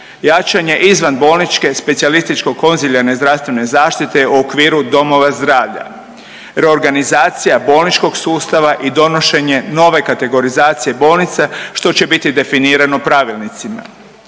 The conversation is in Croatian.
jačanje izvan bolničke specijalističko-konzilijarne zdravstvene zaštite u okviru domova zdravlja, reorganizacija bolničkog sustava i donošenje nove kategorizacije bolnice što će biti definirano pravilnicima.